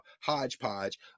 hodgepodge